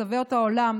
מקצוות העולם,